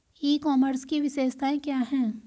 ई commerce की विशेषताएं क्या हैं?